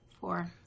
Four